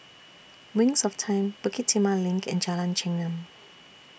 Wings of Time Bukit Timah LINK and Jalan Chengam